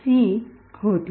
C होती